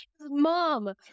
mom